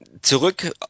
zurück